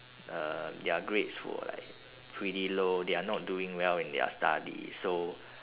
uh their grades were like pretty low they're not doing well in their studies so